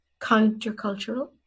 countercultural